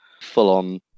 full-on